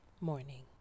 morning